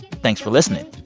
thanks for listening.